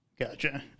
Gotcha